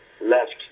left